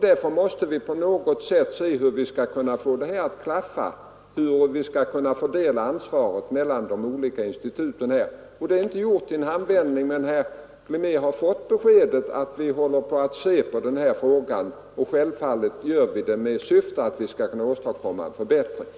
Därför måste vi på något sätt se efter hur vi skall kunna få detta att klaffa, hur vi skall kunna fördela ansvaret mellan de olika kreditinstituten. Det är inte gjort i en handvändning. Men herr Glimnér har fått beskedet att vi håller på med en undersökning i den här frågan. Självfallet gör vi det med syfte att vi skall kunna åstadkomma förbättringar.